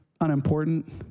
unimportant